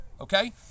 okay